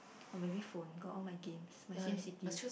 oh maybe phone got all my games my Sim City